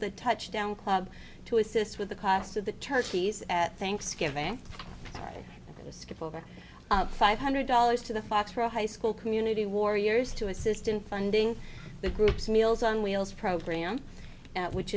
the touchdown club to assist with the cost of the turkeys at thanksgiving skip over five hundred dollars to the foxboro high school community warriors to assist in funding the group's meals on wheels program which